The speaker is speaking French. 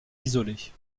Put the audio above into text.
isolée